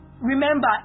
Remember